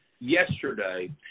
yesterday